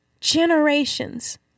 Generations